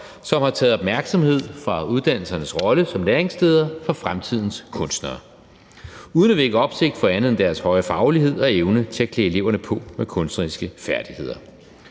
som har taget opmærksomhed fra uddannelsernes rolle som læringssteder for fremtidens kunstnere uden at vække opsigt for andet end deres høje faglighed og evne til at klæde eleverne på med kunstneriske færdigheder.